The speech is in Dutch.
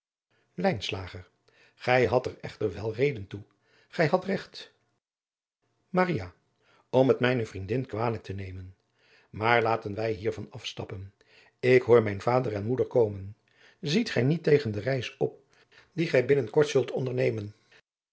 gij hadt er echter wel reden toe gij hadt regt maria om het mijne vriendin kwalijk te nemen maar laten wij hiervan afstappen ik hoor mijn vader en moeder komen ziet gij niet tegen de reis op die gij binnen kort zult ondernemen